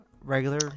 regular